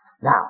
Now